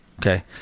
okay